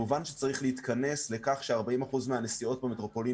הובן שצריך להתכנס לכך ש-40 אחוזים מהנסיעות במטרופולין